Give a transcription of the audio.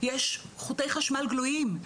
יש חוטי חשמל גלויים,